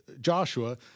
Joshua